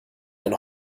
ein